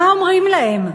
מה אומרים להם?